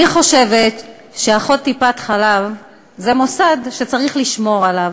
אני חושבת שאחות טיפת-חלב זה מוסד שצריך לשמור עליו,